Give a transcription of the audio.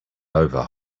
over